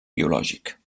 biològic